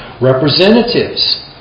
Representatives